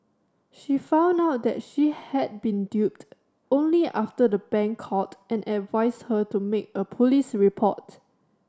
she found out that she had been duped only after the bank called and advised her to make a police report